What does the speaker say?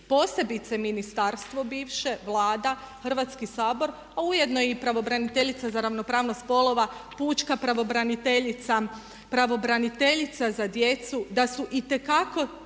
posebice ministarstvo bivše, Vlada, Hrvatski sabor a ujedno i pravobraniteljica za ravnopravnost spolova, pučka pravobraniteljica, pravobraniteljica za djecu da su itekako